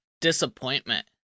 disappointment